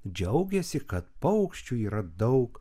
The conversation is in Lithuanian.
džiaugėsi kad paukščių yra daug